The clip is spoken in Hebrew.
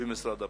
במשרד הפנים.